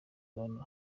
ahantu